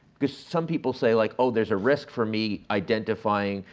because some people say like oh there's a risk for me identifying,